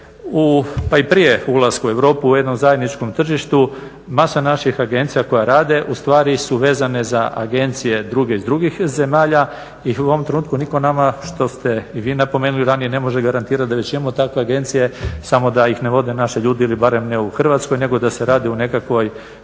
pa i prije ulaska u europu u jednom zajedničkom tržištu masa naših agencija koje rade ustvari su vezane za agencije druge iz drugih zemalja i u ovom trenutku nitko nama, što ste i vi napomenuli ranije, ne može garantirat da već imamo takve agencije samo da ih ne vode naši ljudi ili barem ne u Hrvatskoj nego da se radi o nekakvoj